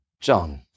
John